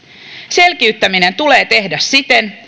selkiyttäminen tulee tehdä siten